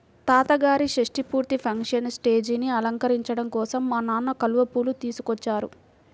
తాతగారి షష్టి పూర్తి ఫంక్షన్ స్టేజీని అలంకరించడం కోసం మా నాన్న కలువ పూలు తీసుకొచ్చారు